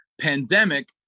pandemic